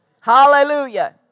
Hallelujah